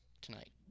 tonight